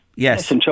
Yes